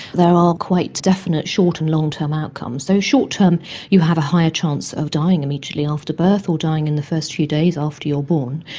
there are quite definite short and long term outcomes. so short term you have a higher chance of dying immediately after birth or dying in the first few days after you are born.